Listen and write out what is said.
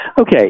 Okay